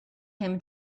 him